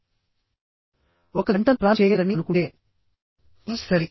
మీరు ఒక నిర్దిష్టమైన గంట ను ప్లాన్ చేయలేరని అనుకుంటే సరే